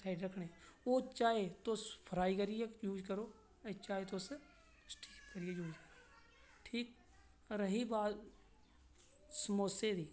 side रक्खने ओह् चाहे तुस फ्राई करियै जूय करो चाहे तुस स्टीम करियै यूज करो ठीक रही बात समोसे दी